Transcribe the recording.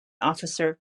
officer